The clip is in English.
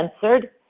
censored